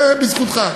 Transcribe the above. זה בזכותך.